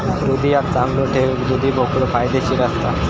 हृदयाक चांगलो ठेऊक दुधी भोपळो फायदेशीर असता